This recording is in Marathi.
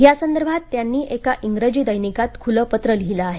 यासंदर्भात त्यांनी एका इंग्रजी दैनिकात खूलं पत्र लिहिलं आहे